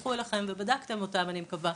שנשלחו אליכם ובדקתם אותם אני מקווה.